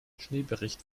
schneebericht